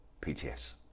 PTS